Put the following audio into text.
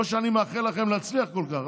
לא שאני מאחל לכם להצליח כל כך,